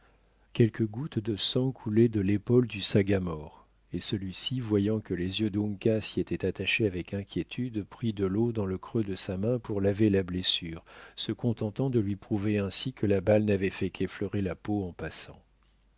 quelques gouttes de sang coulaient de l'épaule du sagamore et celui-ci voyant que les yeux d'uncas y étaient attachés avec inquiétude prit de l'eau dans le creux de sa main pour laver la blessure se contentant de lui prouver ainsi que la balle n'avait fait qu'effleurer la peau en passant